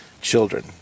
children